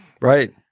Right